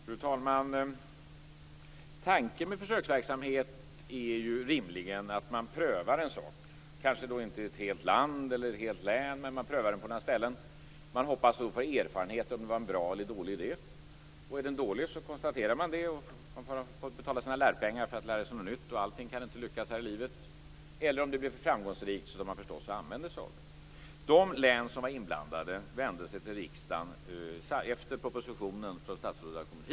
Fru talman! Tanken med försöksverksamhet är ju rimligen att man prövar en sak; kanske inte i ett helt land eller ett helt län, men man prövar den på några ställen. Man hoppas att få erfarenhet av om det var en bra eller en dålig idé. Om den är dålig konstaterar man det. Man har fått betala sina lärpengar för att lära sig något nytt. Allt kan inte lyckas här i livet. Om den är framgångsrik använder man sig naturligtvis av den. De län som var inblandade vände sig till riksdagen efter det att propositionen från statsrådet kommit.